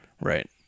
right